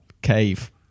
cave